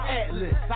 atlas